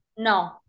No